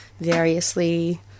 variously